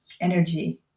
energy